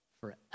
forever